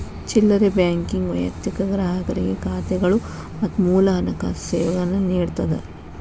ಚಿಲ್ಲರೆ ಬ್ಯಾಂಕಿಂಗ್ ವೈಯಕ್ತಿಕ ಗ್ರಾಹಕರಿಗೆ ಖಾತೆಗಳು ಮತ್ತ ಮೂಲ ಹಣಕಾಸು ಸೇವೆಗಳನ್ನ ನೇಡತ್ತದ